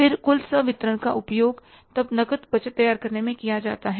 फिर कुल संवितरण का उपयोग तब नकद बजट तैयार करने में किया जाता है